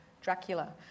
Dracula